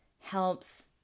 helps